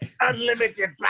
unlimited